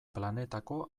planetako